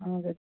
हजुर